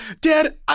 dad